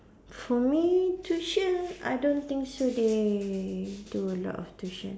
for me tuition I don't think so they do a lot of tuition